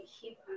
keep